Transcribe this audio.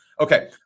Okay